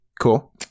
cool